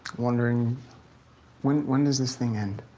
wondering when. when does this thing end?